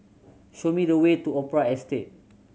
show me the way to Opera Estate